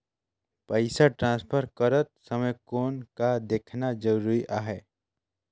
पइसा ट्रांसफर करत समय कौन का देखना ज़रूरी आहे?